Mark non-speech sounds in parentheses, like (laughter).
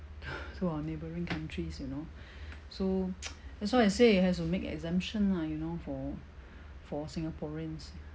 (breath) to our neighbouring countries you know so (noise) that's why I say it has to make exemption lah you know for for singaporeans